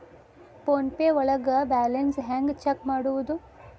Phone pay ಒಳಗ balance ಹೆಂಗ್ check ಮಾಡುವುದು?